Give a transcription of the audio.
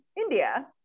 India